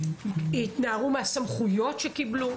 התנערו מן הסמכויות שקיבלו.